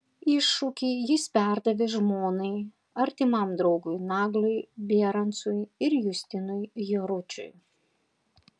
iššūkį jis perdavė žmonai artimam draugui nagliui bierancui ir justinui jaručiui